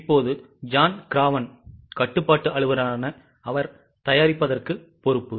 இப்போது John Craven கட்டுப்பாட்டு அலுவரான அவர் தயாரிப்பதற்கு பொறுப்பு